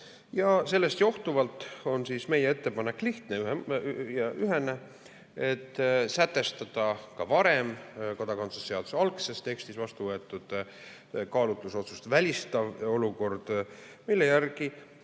Sellest johtuvalt on meie ettepanek lihtne ja ühene: sätestada ka varem kodakondsuse seaduse algses tekstis vastu võetud kaalutlusotsust välistav olukord, mille järgi